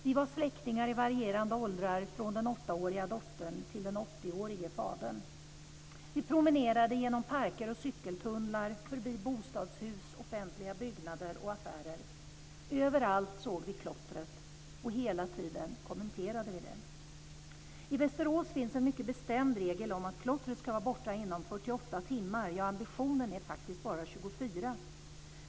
Vi var släktingar i varierande åldrar från en 8-årig dotter till en 80-årig fader. Vi promenerade genom parker och cykeltunnlar, förbi bostadshus och offentliga byggnader och affärer. Överallt såg vi klottret, och hela tiden kommenterade vi det. I Västerås finns en mycket bestämd regel om att klottret ska vara borta inom 48 timmar. Ambitionen är faktiskt 24 timmar.